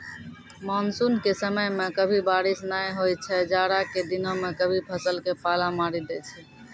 monsoon के समय मॅ कभी बारिश नाय होय छै, जाड़ा के दिनों मॅ कभी फसल क पाला मारी दै छै